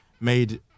made